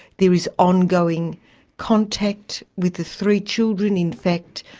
there is ongoing contact with the three children. in fact,